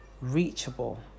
reachable